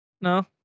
No